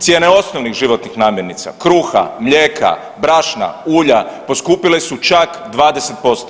Cijene osnovnih životnih namirnica, kruha, mlijeka, brašna, ulja, poskupile su čak 20%